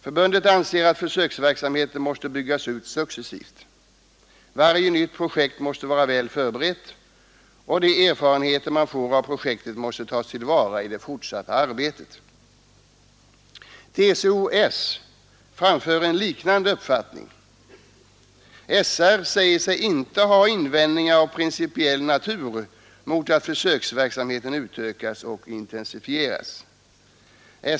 Förbundet anser att försöksverksamheten måste byggas ut successivt. Varje nytt projekt måste vara väl förberett, och de erfarenheter man får av projektet måste tas till vara i det fortsatta arbetet. TCO-S framför en liknande uppfattning. SR säger sig inte ha invändningar av principiell natur mot att försöksverksamheten utökas och intensifieras.